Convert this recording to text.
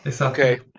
Okay